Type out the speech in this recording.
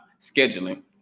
scheduling